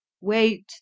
wait